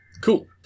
Cool